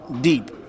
deep